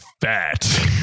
fat